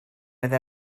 oedd